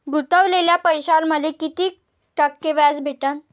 गुतवलेल्या पैशावर मले कितीक टक्के व्याज भेटन?